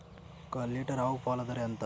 ఒక్క లీటర్ ఆవు పాల ధర ఎంత?